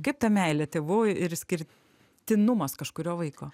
kaip ta meilė tėvų ir išskirtinumas kažkurio vaiko